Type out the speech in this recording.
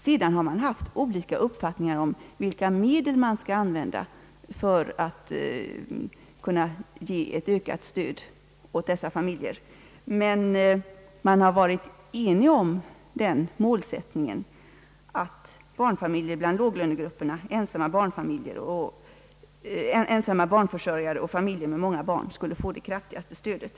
Sedan har det rått olika uppfattningar om vilka medel som skall användas för att ge ett ökat stöd åt ifrågavarande familjer, men enighet har alltså förelegat om målsättningen, att barnfamiljer bland låglönegrupperna, ensamma barnförsörjare och familjer med många barn skulle få det kraftigaste stödet.